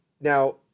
now